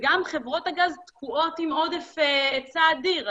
וגם חברות הגז תקועות עם עודף היצע אדיר?